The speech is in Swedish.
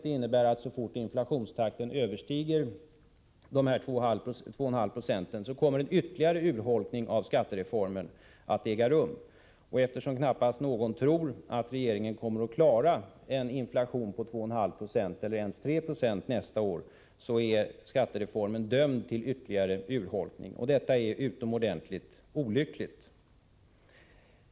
Det innebär att så snart inflationstakten överskrider 2,5 76 kommer en ytterligare urholkning av skattereformen att äga rum. Och eftersom knappast någon tror att regeringen kommer att kunna hålla inflationen vid 2,5 96 eller ens vid 3 96 nästa år, är skattereformen dömd att urholkas ytterligare. Detta är utomordentligt olyckligt.